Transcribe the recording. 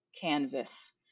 canvas